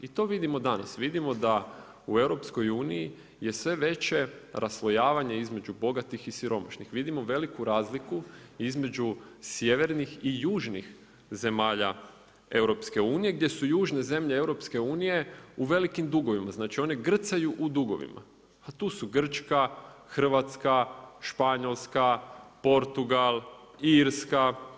I to vidimo danas, vidimo da u EU-u je sve veće raslojavanje između bogatih i siromašnih, vidimo veliku razliku između sjevernih i južnih zemalja EU-a, gdje su južne zemlje EU-a u velikim dugovima, znači one grcaju u dugovima, a tu su Grčka, Hrvatska, Španjolska, Portugal, Irska.